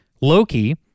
Loki